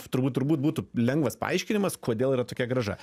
turbūt turbūt būtų lengvas paaiškinimas kodėl yra tokia grąža